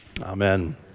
Amen